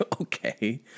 Okay